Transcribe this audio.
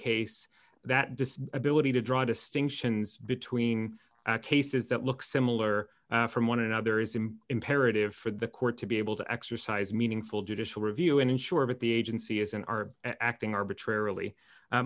case that does ability to draw distinctions between cases that look similar from one another is him imperative for the court to be able to exercise meaningful judicial review and ensure that the agency isn't are acting arbitrarily